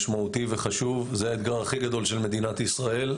משמעותי וחשוב זה האתגר הכי גדול של מדינת ישראל.